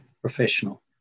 professional